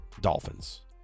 Dolphins